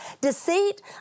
Deceit